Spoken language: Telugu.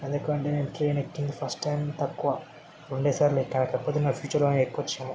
ఎందుకుంటే నేను ట్రైన్ ఎక్కిన ఫస్ట్ టైం తక్కువ రెండుసార్లే కాకపోతే నా ఫ్యూచర్లో ఎక్కొచ్చేమో